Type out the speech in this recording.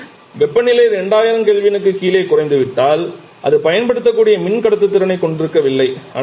ஏனெனில் வெப்பநிலை 2000 K க்குக் கீழே குறைந்துவிட்டால் அது பயன்படுத்தக்கூடிய மின் கடத்துத்திறனைக் கொண்டிருக்கவில்லை